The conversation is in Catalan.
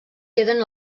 queden